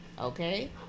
Okay